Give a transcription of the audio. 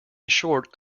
short